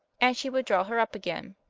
and she would draw her up again.